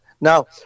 Now